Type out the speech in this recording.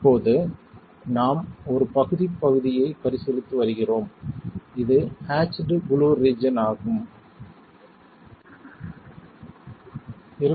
இப்போது நாம் ஒரு பகுதிப் பகுதியைப் பரிசீலித்து வருகிறோம் இது ஹேட்ச்டு ப்ளூ ரீஜன் ஆகும் இது H மற்றும் ஆக்ஸில் லோட் மிகைப்படுத்தப்பட்ட லோட் மற்றும் சுவரின் சுய எடை ஆகியவற்றின் கலவையை சமநிலைப்படுத்துகிறது